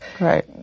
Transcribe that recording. Right